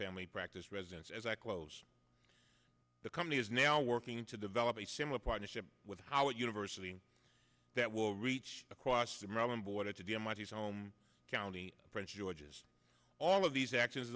family practice residents as i close the company is now working to develop a similar partnership with howard university that will reach across the maryland border to the mits home county prince george's all of these act